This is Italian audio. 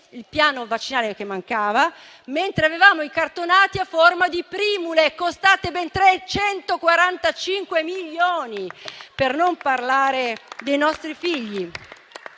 il piano vaccinale - che mancava - mentre avevamo i cartonati a forma di primule, costate ben 345 milioni. Per non parlare infine dei nostri figli,